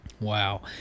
wow